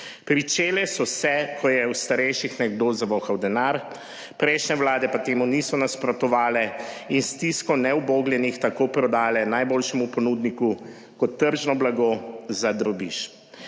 Pričele so se, ko je v starejših nekdo zavohal denar, prejšnje vlade pa temu niso nasprotovale in stisko neubogljenih tako prodale najboljšemu ponudniku kot tržno blago za drobiž.